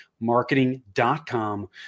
marketing.com